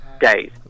Days